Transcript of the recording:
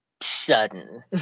sudden